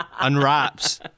unwraps